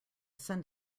send